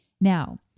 Now